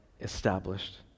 established